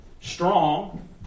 strong